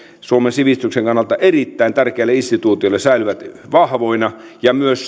suomen sivistyksen kannalta erittäin tärkeälle instituutiolle säilyvät vahvoina myös